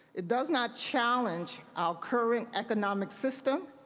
it does not challenge our current economic system.